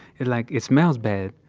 it like. it smells bad.